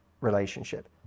relationship